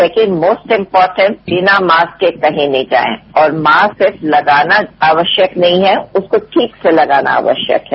second most important बिना mask के कहीं नहीं जाए और मास्क सिर्फ लगाना आवश्यक नहीं है उसको ठीक से लगाना आवश्यक है